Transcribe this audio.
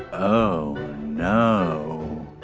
oh no.